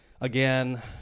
again